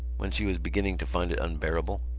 when she was beginning to find it unbearable,